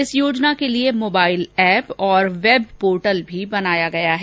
इस योजना के लिए मोबाइल एप और वेब पोर्टल भी बनाया गया है